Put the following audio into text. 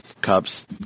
cups